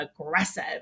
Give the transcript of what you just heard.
aggressive